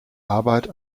arbeit